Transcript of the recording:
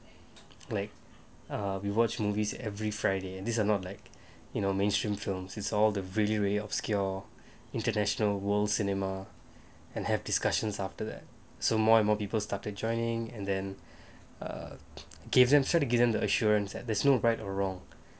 like err we watched movies every friday and these are not like you know mainstream films is all the really obscure international world cinema and have discussions after that so more and more people started joining and then err give them said given the assurance that there's no right or wrong